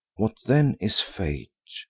what then is fate?